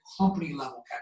company-level